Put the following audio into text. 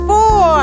Four